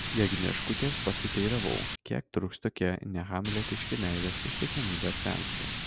jagnieškutės pasiteiravau kiek truks tokie nehamletiški meilės ištikimybės seansai